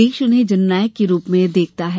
देश उन्हें जननायक के रूप में देखता है